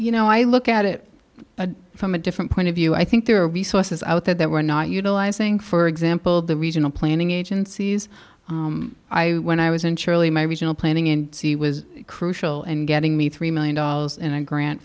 you know i look at it from a different point of view i think there are resources out there that we're not utilizing for example the regional planning agencies i when i was in charley my regional planning in d c was crucial in getting me three million dollars in a grant